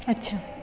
अच्छा